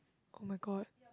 [oh]-my-god